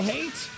Hate